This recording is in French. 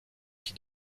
qui